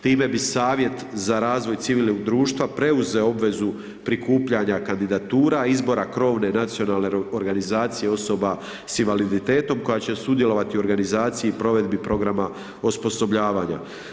Time bi savjet za razvoj civilnog društva, preuzeo obvezu prikupljanja kandidatura, izbora krovne nacionalne organizacije osoba s invaliditetom, koja će sudjelovati u organizaciji, provedbi programa osposobljavanja.